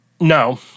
No